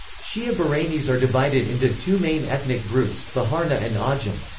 shia bahrainis are divided into two main ethnic groups baharna and ajam.